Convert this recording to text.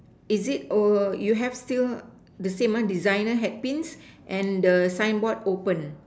is it oh you have still the same one designer hair pin and the signboard open